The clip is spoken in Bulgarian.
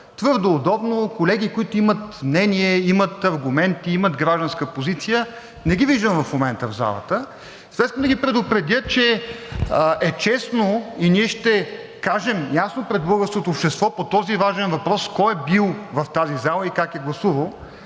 твърде удобно колеги, които имат мнение, имат аргументи, имат гражданска позиция, не ги виждам в момента в залата. Затова искам да ги предупредя, че е честно и ние ще кажем ясно пред българското общество по този важен въпрос кой е бил в тази зала и как е гласувал.